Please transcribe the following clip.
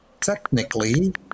Technically